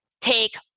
take